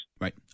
right